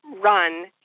run